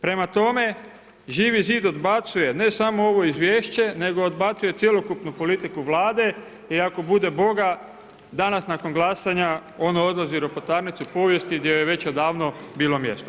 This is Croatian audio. Prema tome, Živi zid odbacuje ne samo ovo izvješće nego odbacuje cjelokupnu politiku Vlade i ako bude Boga danas nakon glasanja ono odlazi u ropotarnicu povijesti gdje joj je već odavno bilo mjesta.